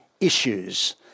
issues